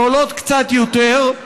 שעולות קצת יותר,